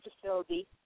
facility